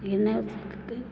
என்ன